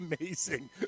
Amazing